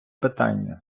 питання